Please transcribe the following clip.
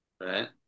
right